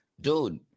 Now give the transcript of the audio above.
dude